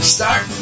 Start